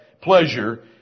pleasure